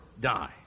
die